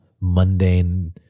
mundane